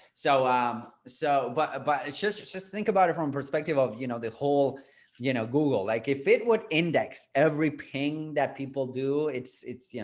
so, um so but but it's just it's just think about it from perspective of you know, the whole you know, google like if it would index every ping that people do it's it's you know,